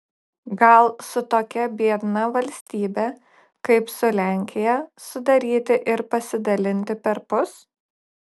gal su tokia biedna valstybe kaip su lenkija sudaryti ir pasidalinti perpus